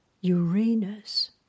Uranus